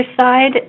side